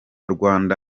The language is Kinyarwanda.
rwanda